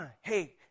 hey